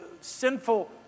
sinful